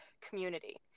community